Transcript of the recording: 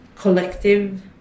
collective